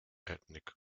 ethnic